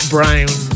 Brown